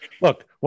look